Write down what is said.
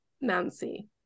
Nancy